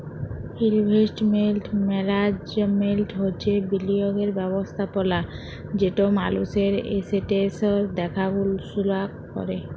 investment management হছে বিলিয়গের ব্যবস্থাপলা যেট মালুসের এসেট্সের দ্যাখাশুলা ক্যরে